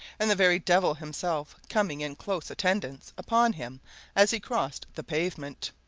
and the very devil himself coming in close attendance upon him as he crossed the pavement.